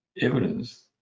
evidence